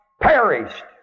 perished